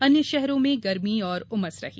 अन्य शहरों में गर्मी और उमस रही